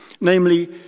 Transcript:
namely